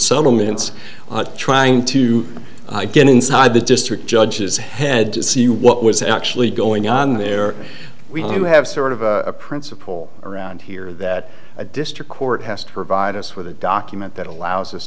settlement it's trying to get inside the district judges head to see what was actually going on there we do have sort of a principle around here that a district court has to provide us with a document that allows us